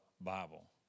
Bible